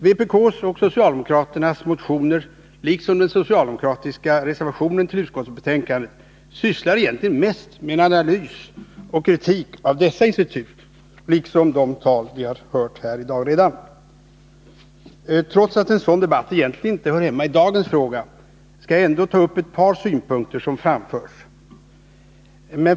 Vpk:s och socialdemokraternas motioner liksom den socialdemokratiska reservationen till utskottsbetänkandet sysslar egentligen mest med en analys och kritik av dessa institut, liksom de tal vi har hört här i dag. Trots att en sådan debatt egentligen inte hör hemma i dagens fråga skall jag ändå ta upp ett par synpunkter som framförts.